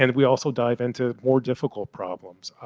and we also dive into more difficult problems.